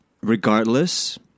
regardless